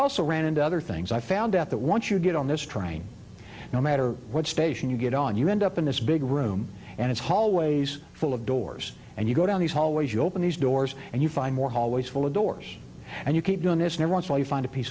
also ran into other things i found out that once you get on this train no matter what station you get on you and up in this big room and it's hallways full of doors and you go down these hallways you open these doors and you find more hallways full of doors and you keep doing this never once will you find a piece